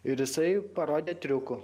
ir jisai parodė triukų